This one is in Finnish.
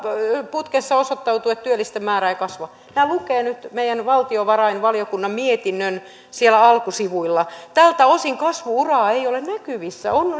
putkessa osoittautui että työllisten määrä ei kasva nämä lukevat nyt meidän valtiovarainvaliokunnan mietinnön siellä alkusivuilla tältä osin kasvu uraa ei ole näkyvissä on